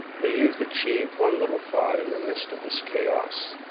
the youth achieved one little thought in the midst of this chaos.